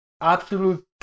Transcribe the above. absolute